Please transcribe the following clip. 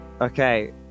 Okay